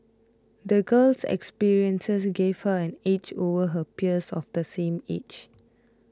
the girl's experiences gave her an edge over her peers of the same age